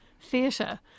theatre